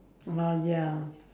oh ya